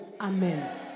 Amen